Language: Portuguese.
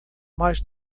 mais